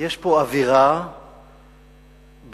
יש פה אווירה בכנסת,